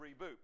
reboot